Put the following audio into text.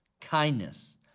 kindness